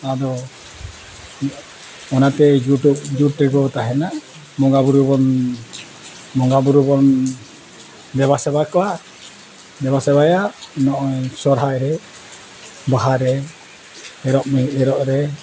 ᱟᱫᱚ ᱚᱱᱟᱛᱮ ᱡᱩᱴ ᱡᱩᱴ ᱜᱮᱠᱚ ᱛᱟᱦᱮᱱᱟ ᱵᱚᱸᱜᱟ ᱵᱩᱨᱩ ᱵᱚᱱ ᱵᱚᱸᱜᱟ ᱵᱩᱨᱩ ᱵᱚᱱ ᱫᱮᱵᱟᱥᱮᱵᱟ ᱠᱚᱣᱟ ᱫᱮᱵᱟᱥᱮᱵᱟᱭᱟ ᱱᱚᱜᱼᱚᱭ ᱥᱚᱦᱚᱨᱟᱭ ᱨᱮ ᱵᱟᱦᱟ ᱨᱮ ᱮᱨᱚᱜ ᱢᱮ ᱮᱨᱚᱜ ᱨᱮ